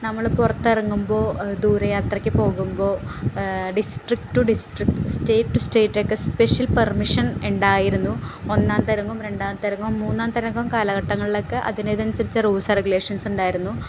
നമ്മൾ പുറത്തിറങ്ങുമ്പോൾ ദൂരയാത്രയ്ക്ക് പോകുമ്പോൾ district to district state to state ഒക്കെ സ്പെഷ്യൽ പെർമ്മിഷൻ ഉണ്ടായിരുന്നു ഒന്നാന്തരങ്കവും രണ്ടാന്തരങ്കവും മൂന്നാന്തരങ്കവും കാലഘട്ടങ്ങളിലൊക്കെ അതിൻടേതനുസരിച്ച റൂൾസ് ആൻഡ് റെഗുലേഷൻസുണ്ടായിരുന്നു